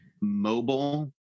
mobile